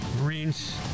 Marines